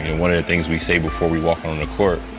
one of the things we say before we walk on the court,